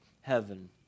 heaven